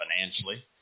financially